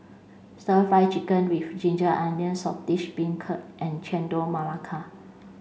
stir fried chicken with ginger onions saltish beancurd and chendol melaka